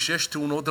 וכשיש תאונות דרכים,